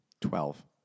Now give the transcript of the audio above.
Twelve